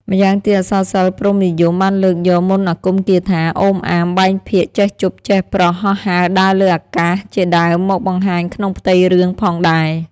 ម្យ៉ាងទៀត អក្សរសិល្ប៍ព្រហ្មនិយមបានលើកយកមន្តអាគមគាថា ឩមអាម បែងភាគ ចេះជប ចេះប្រស់ ហោះហើរដើរលើអាកាស ជាដើមមកបង្ហាញក្នុងផ្ទៃរឿងផងដែរ។